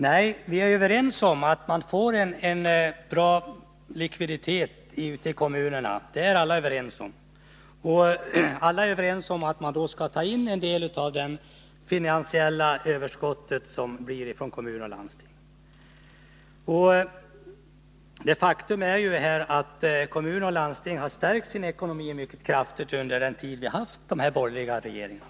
Vi är alla överens om att man får en bra likviditet ute i kommunerna. Alla är också överens om att man skall ta in en del av det finansiella överskottet i kommuner och landsting. Faktum är ju att kommuner och landsting har stärkt sin ekonomi mycket kraftigt under den tid som vi haft de borgerliga regeringarna.